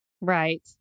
Right